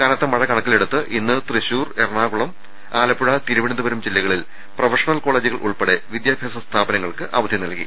കനത്ത മഴ കണക്കിലെടുത്ത് ഇന്ന് തൃശൂർ എറണാകുളം ആലപ്പുഴ തിരുവനന്തപുരം ജില്ലകളിൽ പ്രൊഫഷണൽ കോളേജുകൾ ഉൾപ്പെടെ വിദ്യാഭ്യാസ സ്ഥാപനങ്ങൾക്ക് അവധി നൽകി